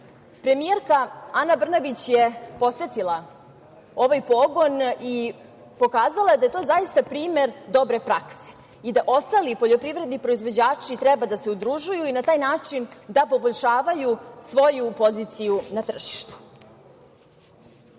Premijerka Ana Brnabić je posetila ovaj pogon i pokazala da je to zaista primer dobre prakse i da ostali poljoprivredni proizvođači treba da se udružuju i na taj način da poboljšavaju svoju poziciju a tržištu. Ono